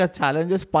challenges